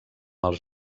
els